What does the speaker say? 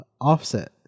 Offset